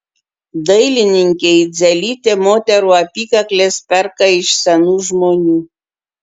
dailininkė idzelytė moterų apykakles perka iš senų žmonių